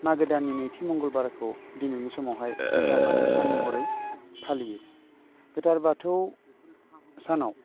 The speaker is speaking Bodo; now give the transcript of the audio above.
मागो दाननि नैथि मंगलबारखौ दिनैनि समावहाय गोथार बाथौ सान महरै फालियो गोथा बाथौ सानाव